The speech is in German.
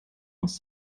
aus